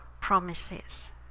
promises